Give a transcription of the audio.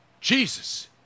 Jesus